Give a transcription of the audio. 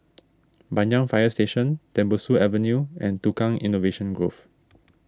Banyan Fire Station Tembusu Avenue and Tukang Innovation Grove